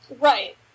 Right